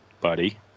buddy